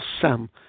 Sam